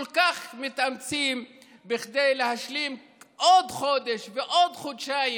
כל כך מתאמצים כדי להשלים עוד חודש ועוד חודשיים,